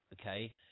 okay